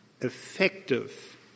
effective